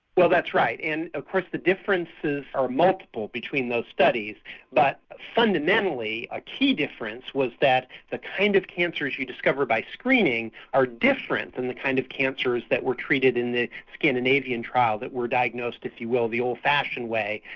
well that's right and of ah course the differences are multiple between those studies but fundamentally a key difference was that the kind of cancers you discover by screening are different than the kind of cancers that were treated in the scandinavian trial that were diagnosed if you will, the old fashioned way,